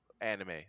anime